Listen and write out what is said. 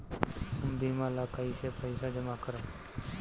हम बीमा ला कईसे पईसा जमा करम?